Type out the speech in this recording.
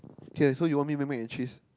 K so you want me make mac and cheese